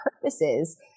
purposes